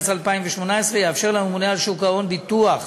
במרס 2018, יאפשר לממונה על שוק ההון, ביטוח